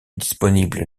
disponibles